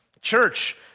Church